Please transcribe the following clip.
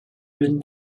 been